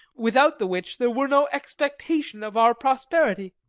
without the which there were no expectation of our prosperity.